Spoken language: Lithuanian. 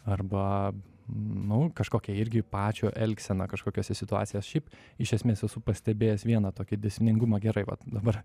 arba nu kažkokia irgi pačio elgsena kažkokiose situacijose šiaip iš esmės esu pastebėjęs vieną tokį dėsningumą gerai vat dabar